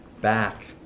back